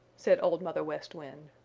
said old mother west wind.